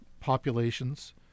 populations